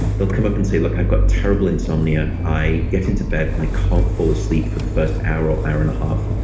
they'll come up and say, look, i've got terrible insomnia. i get into bed and i can't fall asleep for the first hour or hour-and-a-half.